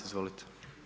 Izvolite.